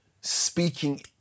speaking